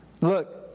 look